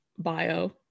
bio